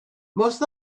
most